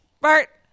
Bart